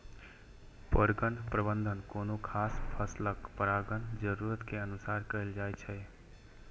परगण प्रबंधन कोनो खास फसलक परागण जरूरत के अनुसार कैल जाइ छै